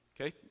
okay